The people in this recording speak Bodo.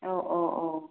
औ औ औ